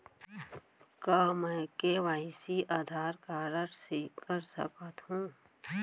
का मैं KYC Aadhaar card से कर सकत हो?